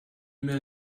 mail